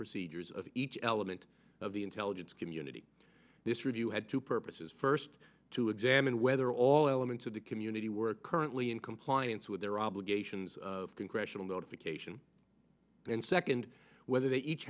procedures of each element of the intelligence community this review had two purposes first to examine whether all elements of the community were currently in compliance with their obligations of congressional notification and second whether they each